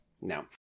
No